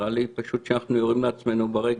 נראה לי פשוט שאנחנו יורים לעצמנו ברגל.